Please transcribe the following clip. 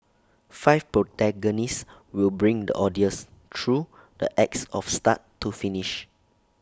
five protagonists will bring the audience through the acts of start to finish